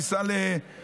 מי שניסה לרצוח,